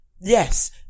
Yes